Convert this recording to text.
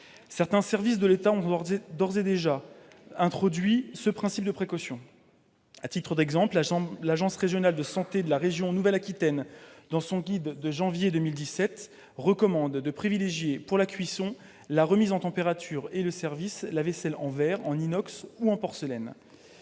Certains services de l'État ont d'ores et déjà introduit ce principe de précaution. À titre d'exemple, l'Agence régionale de santé de la région Nouvelle-Aquitaine, dans son guide du mois de janvier 2017, recommande de « privilégier pour la cuisson, la remise en température et le service, la vaisselle en verre, en inox ou porcelaine